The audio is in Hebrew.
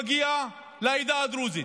מגיע לעדה הדרוזית,